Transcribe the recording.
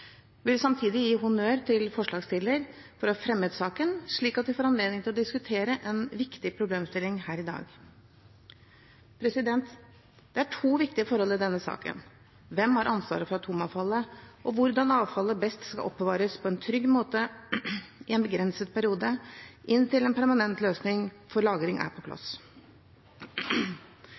vil samtidig gi honnør til forslagsstilleren for å ha fremmet saken, slik at vi får anledning til å diskutere en viktig problemstilling her i dag. Det er to viktige forhold i denne saken: Hvem har ansvaret for atomavfallet? Hvordan skal avfallet best oppbevares på en trygg måte i en begrenset periode, inntil en permanent løsning for lagring er på plass?